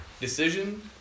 decision